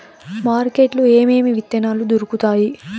market లో ఏమేమి విత్తనాలు దొరుకుతాయి